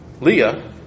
Leah